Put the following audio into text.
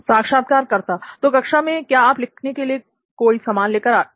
साक्षात्कारकर्ता तो कक्षा में क्या आप लिखने के लिए कोई सामान लेकर जाते हैं